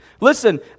Listen